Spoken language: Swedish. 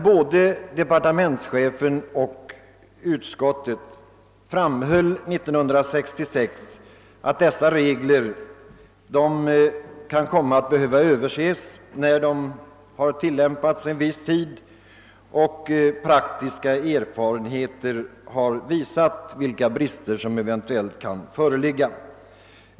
Både departementschefen och utskottet framhöll 1966 att dessa regler kunde komma att behöva överses när de tillämpats en viss tid och praktiska erfarenheter hunnit visa vilka brister som eventuellt kunde föreligga.